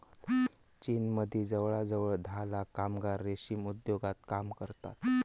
चीनमदी जवळजवळ धा लाख कामगार रेशीम उद्योगात काम करतत